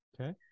Okay